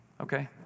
Okay